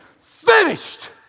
finished